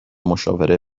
مشاوره